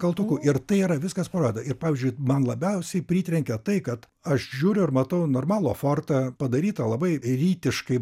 kaltuku ir tai yra viskas parodyta ir pavyzdžiui man labiausiai pritrenkė tai kad aš žiūriu ir matau normalų ofortą padaryta labai rytiškai